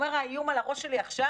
הוא אומר: האיום על הראש שלי עכשיו,